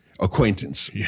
Acquaintance